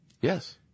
Yes